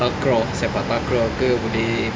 takraw sepak takraw ke boleh